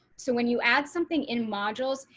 so when you add something in modules,